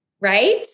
Right